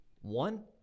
one